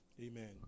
Amen